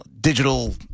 digital